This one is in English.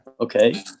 Okay